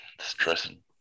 stressing